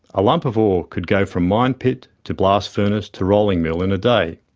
a lump of ore could go from mine pit to blast furnace to rolling mill in a day.